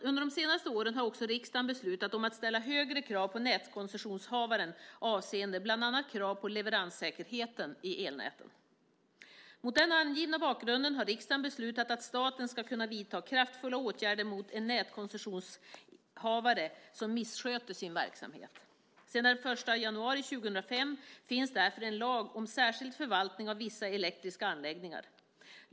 Under de senaste åren har också riksdagen beslutat om att ställa högre krav på nätkoncessionshavaren avseende bland annat krav på leveranssäkerheten i elnäten. Mot den angivna bakgrunden har riksdagen beslutat att staten ska kunna vidta kraftfulla åtgärder mot en nätkoncessionshavare som missköter sin verksamhet. Sedan den 1 januari 2005 finns därför en lag om särskild förvaltning av vissa elektriska anläggningar.